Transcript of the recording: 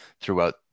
throughout